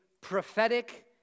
prophetic